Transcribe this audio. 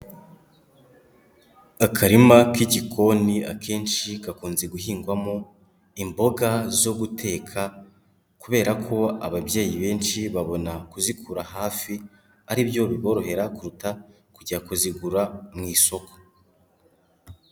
Akarima k'igikoni akenshi gakunze guhingwamo imboga zo guteka kubera ko ababyeyi benshi babona kuzikura hafi ari byo biborohera, kuruta kujya kuzigura mu isoko.